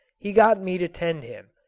he got me to tend him,